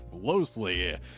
closely